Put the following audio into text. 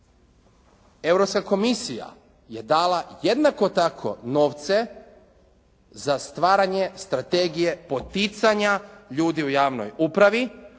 Europska komisija je dala jednako tako novce za stvaranje strategije poticanja ljudi u javnoj upravi,